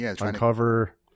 uncover